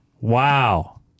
Wow